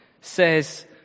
says